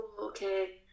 Okay